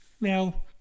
Now